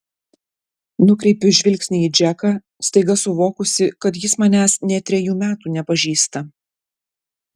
nukreipiu žvilgsnį į džeką staiga suvokusi kad jis manęs nė trejų metų nepažįsta